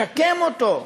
שקם אותו,